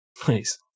Please